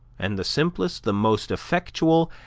and the simplest, the most effectual,